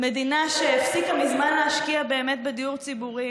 במדינה שהפסיקה מזמן להשקיע באמת בדיור ציבורי,